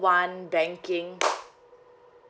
one banking